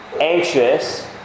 anxious